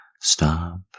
stop